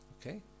Okay